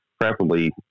preferably